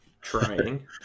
trying